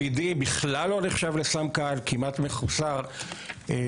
CBD בכלל לא נחשב לסם קל, כמעט מחוסר השפעות.